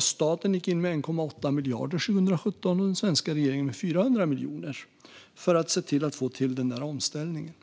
staten 2017 gick in med 1,8 miljarder och den svenska med 400 miljoner för att få till omställningen.